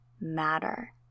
matter